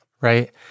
right